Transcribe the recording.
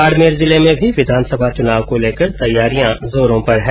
बाडमेर जिले में भी विधानसभा चुनाव को लेकर तैयारियां जोरो पर है